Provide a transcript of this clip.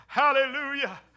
hallelujah